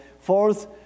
fourth